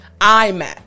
iMac